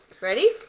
Ready